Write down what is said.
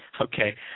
Okay